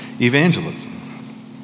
evangelism